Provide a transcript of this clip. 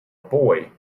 boy